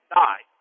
die